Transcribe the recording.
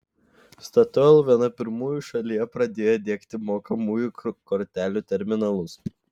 statoil viena pirmųjų šalyje pradėjo diegti mokamųjų kortelių terminalus